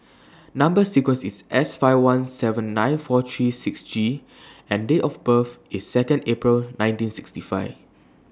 Number sequence IS S five one seven nine four three six G and Date of birth IS two April nineteen sixty five